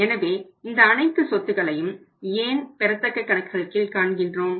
எனவே இந்த அனைத்து சொத்துக்களையும் ஏன் பெறத்தக்க கணக்குகள் கீழ் காண்கின்றோம்